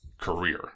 career